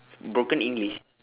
broken english